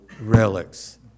relics